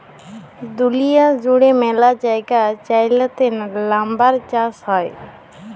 দুঁলিয়া জুইড়ে ম্যালা জায়গায় চাইলাতে লাম্বার চাষ হ্যয়